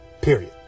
Period